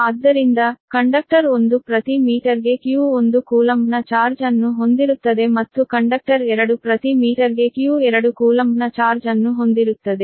ಆದ್ದರಿಂದ ಕಂಡಕ್ಟರ್ ಒಂದು ಪ್ರತಿ ಮೀಟರ್ಗೆ q1 ಕೂಲಂಬ್ನ ಚಾರ್ಜ್ ಅನ್ನು ಹೊಂದಿರುತ್ತದೆ ಮತ್ತು ಕಂಡಕ್ಟರ್ 2 ಪ್ರತಿ ಮೀಟರ್ಗೆ q2 ಕೂಲಂಬ್ನ ಚಾರ್ಜ್ ಅನ್ನು ಹೊಂದಿರುತ್ತದೆ